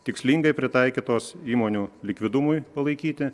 tikslingai pritaikytos įmonių likvidumui palaikyti